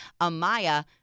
Amaya